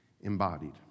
embodied